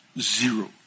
zero